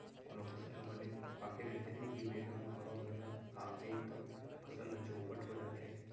कोनो फसल ह बने पाके रहिथे उहीं बेरा म हवा गर्रा आगे तव फसल ह चउपट हो जाथे